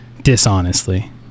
dishonestly